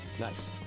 Nice